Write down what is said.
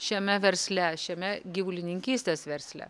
šiame versle šiame gyvulininkystės versle